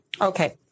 Okay